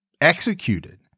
executed